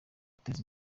kwiteza